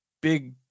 big